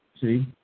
see